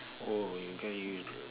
oh then you